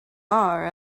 are